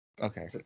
Okay